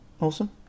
Awesome